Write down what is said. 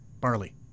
barley